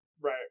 Right